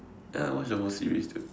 ya I watched the whole series dude